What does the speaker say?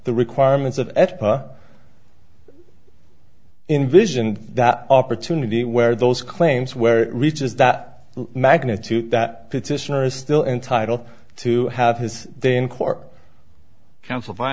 the requirements of invision that opportunity where those claims where it reaches that magnitude that petitioner is still entitled to have his day in court counsel